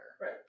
Right